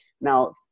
Now